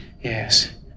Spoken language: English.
yes